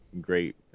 great